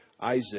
Isaac